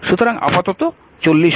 সুতরাং আপাতত 40 ওয়াট